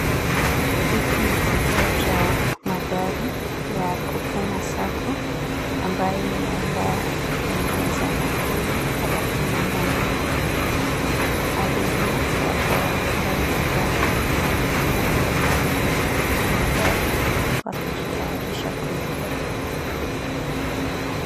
Hiki ni kituo cha magari ya kukena Sacco ambayo inaenda eneo za Nakuru, Karatina na Nyeri. Abiria wako ndani ya gari na wengine wako pale nje ya magari wakijitayarisha kuingia.